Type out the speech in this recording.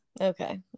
Okay